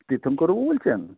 তীর্থঙ্করবাবু বলছেন